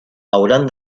hauran